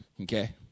Okay